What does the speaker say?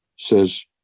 says